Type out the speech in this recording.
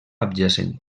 adjacent